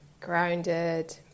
grounded